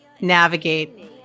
navigate